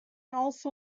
also